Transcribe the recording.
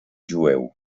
jueu